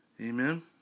Amen